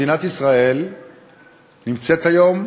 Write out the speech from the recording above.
מדינת ישראל נמצאת היום,